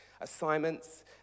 assignments